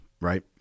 Right